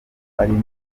arimo